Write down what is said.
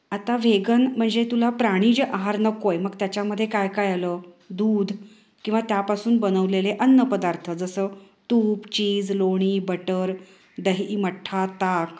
आता वेगन म्हणजे तुला प्राणीजन्य आहार नको आहे मग त्याच्यामध्ये काय काय आलं दूध किंवा त्यापासून बनवलेले अन्नपदार्थ जसं तूप चिज लोणी बटर दही मठ्ठा ताक